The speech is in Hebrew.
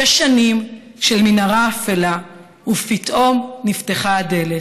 שש שנים של מנהרה אפלה, ופתאום נפתחה הדלת.